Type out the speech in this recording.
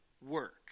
work